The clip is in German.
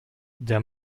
der